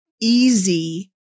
easy